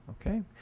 okay